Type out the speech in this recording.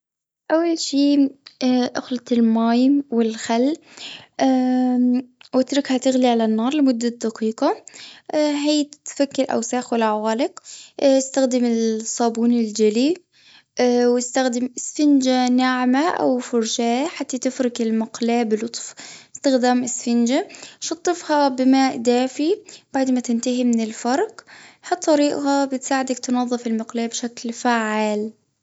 أول شي اخلط المي والخل، وأتركها تغلي على النار لمدة دقيقة. هي تفك الأوساخ والعوالق. إستخدم الصابون الجيلي، واستخدم أسفنجة ناعمة، أو فرشاة، حتى تفركي المقلاة بلطف، بإستخدام أسفنجة. شطفها بماء دافي بعد ما تنتهي من الفرك. هالطريقة بتساعدك تنظف المقلاة بشكل فعال.